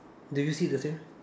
do you see the same